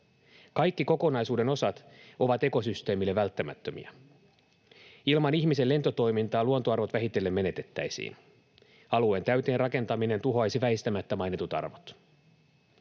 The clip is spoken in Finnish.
Kaikki kokonaisuuden osat ovat ekosysteemille välttämättömiä. Ilman ihmisen lentotoimintaa luontoarvot vähitellen menetettäisiin. Alueen täyteen rakentaminen tuhoaisi väistämättä mainitut arvot.